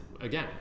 Again